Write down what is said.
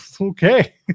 okay